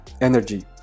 energy